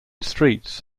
streets